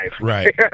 Right